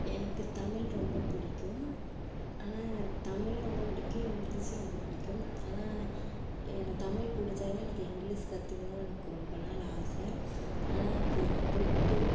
எனக்கு தமிழ் ரொம்ப பிடிக்கும் ஆனால் தமிழும் ரொம்ப பிடிக்கும் இங்கிலிஷ்ஸும் ரொம்ப பிடிக்கும் ஆனால் எனக்கு தமிழ் பிடிச்சாலும் எனக்கு இங்கிலிஷ் கத்துக்கணும்னு எனக்கு ரொம்ப நாள் ஆசை ஆனால் அது நான் போய்ட்டு